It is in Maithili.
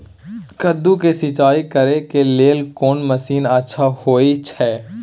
कद्दू के सिंचाई करे के लेल कोन मसीन अच्छा होय छै?